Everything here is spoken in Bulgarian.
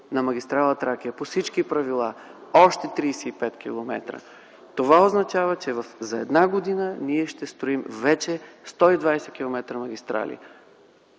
на магистрала „Тракия” по всички правила – още 35 км. Това означава, че за една година ние ще строим вече 120 км магистрали.